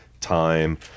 Time